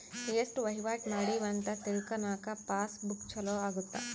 ಎಸ್ಟ ವಹಿವಾಟ ಮಾಡಿವಿ ಅಂತ ತಿಳ್ಕನಾಕ ಪಾಸ್ ಬುಕ್ ಚೊಲೊ ಅಗುತ್ತ